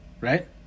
right